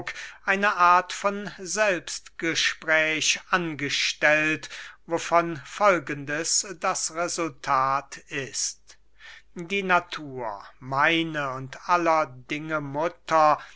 eine art von selbstgespräch angestellt wovon folgendes das resultat ist die natur meine und aller dinge mutter